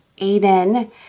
Aiden